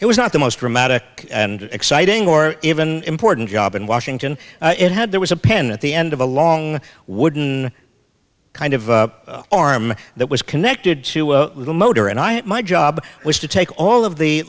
it was not the most dramatic and exciting or even important job in washington it had there was a pen at the end of a long wooden kind of arm that was connected to a little motor and i had my job was to take all of the